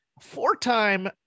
four-time